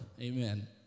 Amen